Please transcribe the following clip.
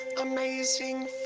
amazing